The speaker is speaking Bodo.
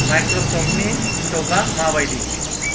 माइक्रसफ्टनि स्टकआ मा बायदि